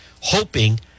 hoping